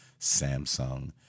Samsung